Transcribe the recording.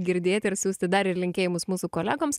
girdėti ir siųsti dar ir linkėjimus mūsų kolegoms